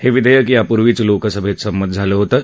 हे विधेयक यापूर्वीच लोकसभेत संमत झालं होतं